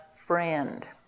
friend